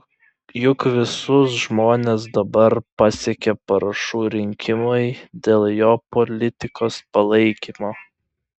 juk visus žmones dabar pasiekia parašų rinkimai dėl jo politikos palaikymo